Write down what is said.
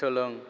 सोलों